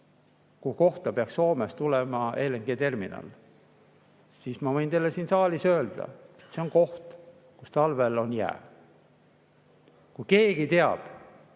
kuhu kohta peaks Soomes tulema LNG-terminal, siis ma võin teile siin saalis öelda: see on koht, kus talvel on jää. Kui keegi teab